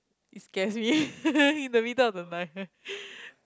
he scares me in the middle of the night